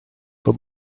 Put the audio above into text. but